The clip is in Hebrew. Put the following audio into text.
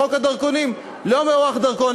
בחוק הדרכונים לא מוארך דרכון.